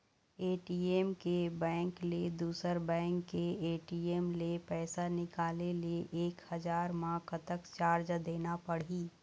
ATM के bank ले दुसर बैंक के ए.टी.एम ले पैसा निकाले ले एक हजार मा कतक चार्ज देना पड़ही?